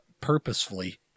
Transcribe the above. purposefully